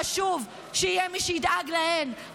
חשוב שיהיה מי שידאג להן,